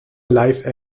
live